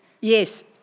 Yes